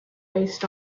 based